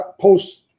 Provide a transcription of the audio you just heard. post